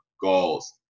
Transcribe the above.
goals